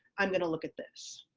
i'm going to look at this.